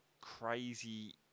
crazy